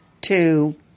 two